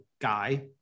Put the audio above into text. guy